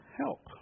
help